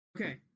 Okay